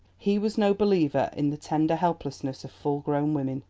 he was no believer in the tender helplessness of full-grown women,